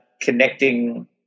connecting